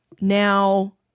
now